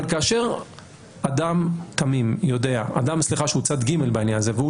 כאשר אדם הוא צד ג' בעניין הזה והוא